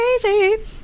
crazy